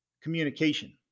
communication